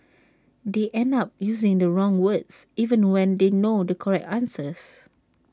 they end up using the wrong words even when they know the correct answer